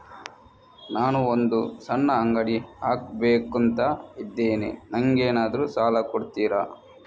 ನಾನು ಒಂದು ಸಣ್ಣ ಅಂಗಡಿ ಹಾಕಬೇಕುಂತ ಇದ್ದೇನೆ ನಂಗೇನಾದ್ರು ಸಾಲ ಕೊಡ್ತೀರಾ?